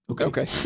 Okay